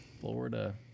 florida